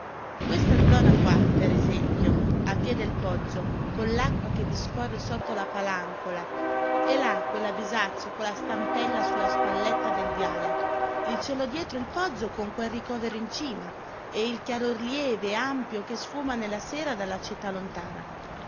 questa zana qua per esempio a piè del poggio con l'acqua che vi scorre sotto la palancola e là quella bisaccia e quella stampella sulla spalletta del viale il cielo dietro il poggio con quel ricovero in cima e il chiaror lieve e ampio che sfuma nella sera dalla città lontana